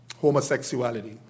Homosexuality